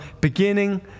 beginning